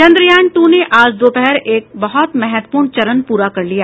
Chandrayaan two ने आज दोपहर एक बहुत महत्वपूर्ण चरण पूरा कर लिया